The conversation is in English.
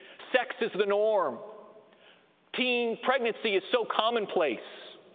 sex is the norm teen pregnancy is so commonplace.